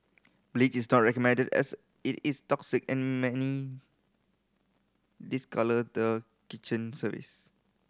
bleach is not recommended as it is toxic and many discolour the kitchen surface